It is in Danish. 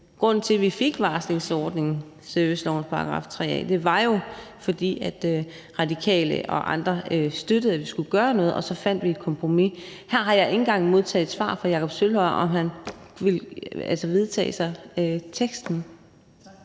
Grunden til, at vi fik varslingsordningen i servicelovens § 3 a, var jo, at Radikale og andre støttede, at vi skulle gøre noget, og så fandt vi et kompromis. Her har jeg ikke engang modtaget svar fra Jakob Sølvhøj om, hvorvidt han vil tilslutte